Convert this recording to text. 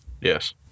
Yes